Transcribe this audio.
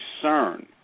concern